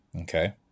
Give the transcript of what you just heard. Okay